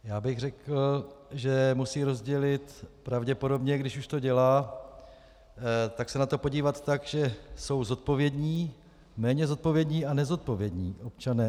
Já bych řekl, že musí rozdělit pravděpodobně, když už to dělá tak se na to podívat tak, že jsou zodpovědní, méně zodpovědní a nezodpovědní občané.